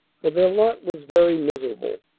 for their lot was very miserable.